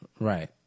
Right